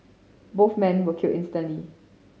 both men were killed instantly